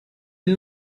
ell